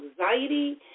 anxiety